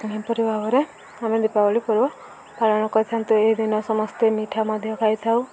ଏହିପରି ଭାବରେ ଆମେ ଦୀପାବଳି ପର୍ବ ପାଳନ କରିଥାନ୍ତୁ ଏହି ଦିନ ସମସ୍ତେ ମିଠା ମଧ୍ୟ ଖାଇଥାଉ